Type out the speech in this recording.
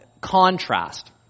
contrast